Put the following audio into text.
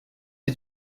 est